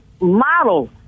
model